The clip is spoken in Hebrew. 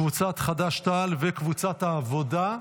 קבוצת חד"ש-תע"ל וקבוצת העבודה.